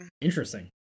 Interesting